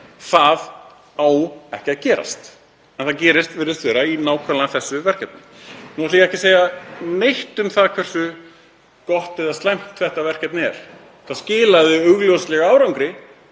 það á ekki að gerast. Það virðist hafa gerst í nákvæmlega þessu verkefni. Nú ætla ég ekki að segja neitt um hversu gott eða slæmt verkefnið er. Það skilaði augljóslega árangri,